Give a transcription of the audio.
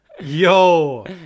yo